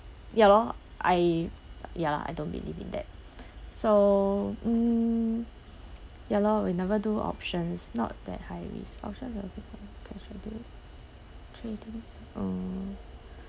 ya lor I ya lah I don't really in that so mm ya lor we never do options not that high risk options that should do trading um